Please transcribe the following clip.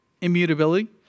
Immutability